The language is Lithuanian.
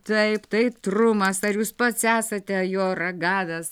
taip tai trumas ar jūs pats esate jo ragavęs